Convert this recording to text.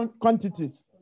quantities